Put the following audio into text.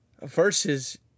versus